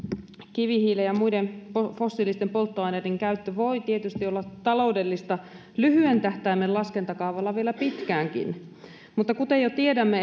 kivihiilen ja muiden fossiilisten polttoaineiden käyttö voi tietysti olla taloudellista lyhyen tähtäimen laskentakaavalla vielä pitkäänkin mutta kuten jo tiedämme